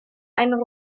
einen